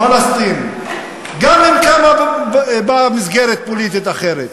הוא פלסטין, גם אם קמה בה מסגרת פוליטית אחרת.